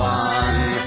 one